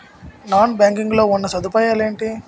Non banking లో ఉన్నా సదుపాయాలు ఎంటి?